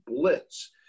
blitz